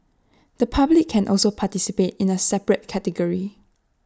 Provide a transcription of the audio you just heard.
the public can also participate in A separate category